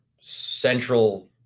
central